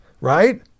right